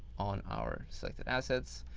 on our selected assets.